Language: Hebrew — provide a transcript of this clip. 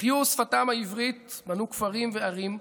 החיו שפתם העברית, בנו כפרים וערים,